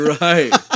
Right